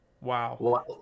wow